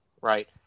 right